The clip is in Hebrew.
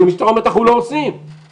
אבל המשטרה אומרת אנחנו לא עושים בהגדרה.